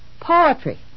Poetry